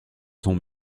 son